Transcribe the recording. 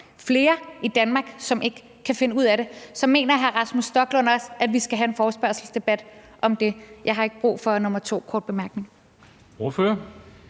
flere i Danmark, som ikke kan finde ud af det. Så mener hr. Rasmus Stoklund også, at vi skal have en forespørgselsdebat om det? Jeg har ikke brug for nummer to korte bemærkning.